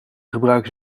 gebruiken